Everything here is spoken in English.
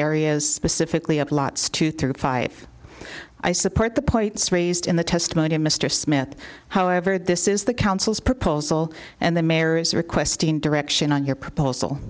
areas pacifically up lots two through five i support the points raised in the testimony of mr smith however this is the council's proposal and the mayor is requesting direction on your proposal